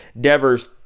Devers